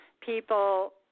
people